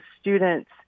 students